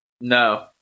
No